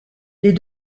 les